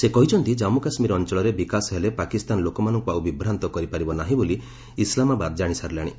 ସେ କହିଛନ୍ତି ଜାମ୍ମୁ କାଶ୍ମୀର ଅଞ୍ଚଳରେ ବିକାଶ ହେଲେ ପାକିସ୍ତାନ ଲୋକମାନଙ୍କୁ ଆଉ ବିଭ୍ରାନ୍ତ କରିପାରିବ ନାହିଁ ବୋଲି ଇସଲାମାବାଦ ଜାଣିସାରିଲାଣି